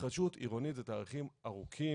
התחדשות עירונית זה תהליכים ארוכים,